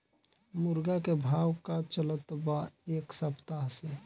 मुर्गा के भाव का चलत बा एक सप्ताह से?